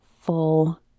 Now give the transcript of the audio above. full